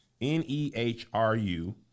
N-E-H-R-U